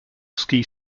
ski